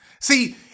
See